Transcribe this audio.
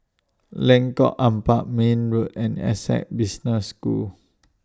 Lengkok Empat Mayne Road and Essec Business School